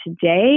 today